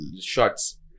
shots